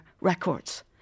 records